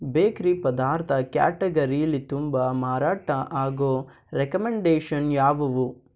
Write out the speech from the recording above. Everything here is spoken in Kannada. ಬೇಕ್ರಿ ಪದಾರ್ಥ ಕ್ಯಾಟಗರೀಲಿ ತುಂಬ ಮಾರಾಟ ಆಗೋ ರೆಕಮೆಂಡೇಷನ್ ಯಾವುವು